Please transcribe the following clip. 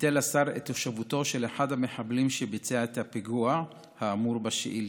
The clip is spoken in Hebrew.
ביטל השר את תושבותו של אחד המחבלים שביצע את הפיגוע האמור בשאילתה,